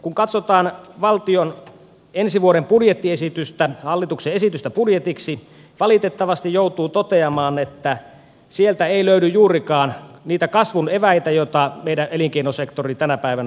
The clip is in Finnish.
kun katsotaan valtion ensi vuoden budjettiesitystä hallituksen esitystä budjetiksi valitettavasti joutuu toteamaan että sieltä ei löydy juurikaan niitä kasvun eväitä joita meidän elinkeinosektori tänä päivänä tarvitsisi